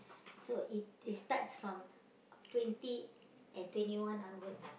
so it it starts from twenty and twenty one onwards